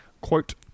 Quote